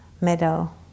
meadow